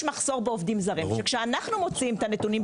מחסור בעובדים זרים; כשאנחנו מוציאים את הנתונים,